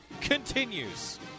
continues